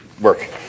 work